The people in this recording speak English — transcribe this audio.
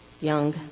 young